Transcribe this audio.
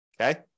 Okay